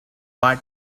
but